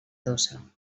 adossa